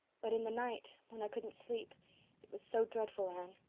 but in the night, when i couldn't sleep it was so dreadful, anne.